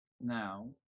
Now